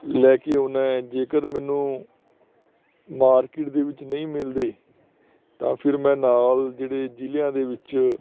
ਲੈ ਕੇ ਆਉਂਦਾ ਏ ਜੇਕਰ ਮੈਨੂੰ ਮਾਰਕੀਟ ਦੇ ਵਿੱਚ ਨਹੀਂ ਮਿਲਦੇ ਤਾਂ ਫਿਰ ਮੈਂ ਨਾਲ ਜਿਹੜੇ ਜ਼ਿਲ੍ਹਿਆਂ ਦੇ ਵਿੱਚ